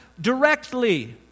directly